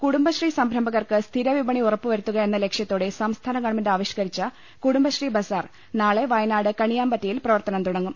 കുടുംബശ്രീ സംരംഭകർക്ക് സ്ഥിരവിപണി ഉറപ്പുവരുത്തുക എന്ന ലക്ഷ്യത്തോടെ സംസ്ഥാന ഗവൺമെന്റ് ്ആവിഷ്കരിച്ച കുടുംബശ്രീ ബസാർ നാളെ വയനാട് കണിയാമ്പറ്റയിൽ പ്രവർത്തനം തുടങ്ങും